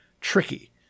tricky